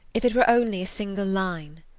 if it were only a single line.